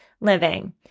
living